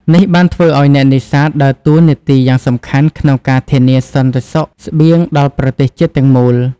នេះបានធ្វើឲ្យអ្នកនេសាទដើរតួនាទីយ៉ាងសំខាន់ក្នុងការធានាសន្តិសុខស្បៀងដល់ប្រទេសជាតិទាំងមូល។